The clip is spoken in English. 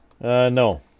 no